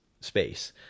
space